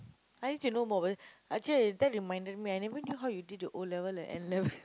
that reminded me I never knew how you did your O-level and N-level